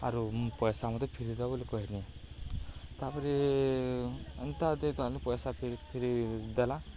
ଆରୁ ପଇସା ମତେ ଫେରିଦବ ବୋଲି କହନି ତାପରେ ଏନ୍ତା ଦେଇ ତ ଆମ ପଇସା ଫିରି ଦେଲା